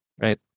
right